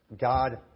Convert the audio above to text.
God